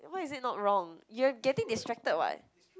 why is it not wrong you're getting distracted [what]